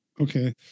Okay